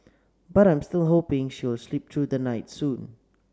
but I'm still hoping she will sleep through the night soon